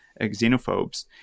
xenophobes